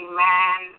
Amen